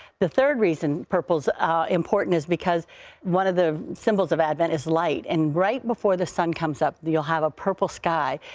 the third reason purple is important is because one of the symbols of advent is light. and right before the sun comes up, you'll have a purple sky.